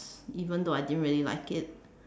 even though I didn't really like it